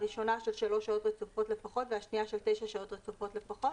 הראשונה של 3 שעות רצופות לפחות והשניה של 9 שעות רצופות לפחות,